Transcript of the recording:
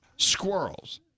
squirrels